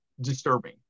disturbing